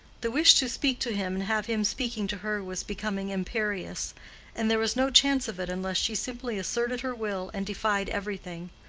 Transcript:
the wish to speak to him and have him speaking to her was becoming imperious and there was no chance of it unless she simply asserted her will and defied everything.